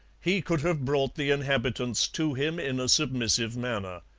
he could have brought the inhabitants to him in a submissive manner.